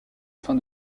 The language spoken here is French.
fin